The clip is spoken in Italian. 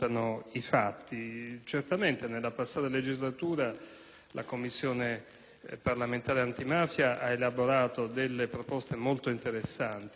la Commissione parlamentare antimafia aveva elaborato proposte molto interessanti, così come il Governo della passata legislatura